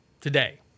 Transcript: today